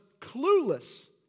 clueless